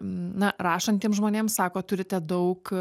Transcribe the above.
na rašantiems žmonėms sako turite daug